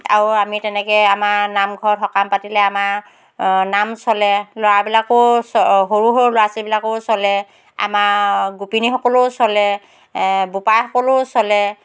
আৰু আমি তেনেকৈ আমাৰ নামঘৰত সকাম পাতিলে আমাৰ নাম চলে ল'ৰাবিলাকেও চ সৰু সৰু ল'ৰা ছোৱালীবিলাকেও চলে আমাৰ গোপিনীসকলেও চলে বোপাইসকলেও চলে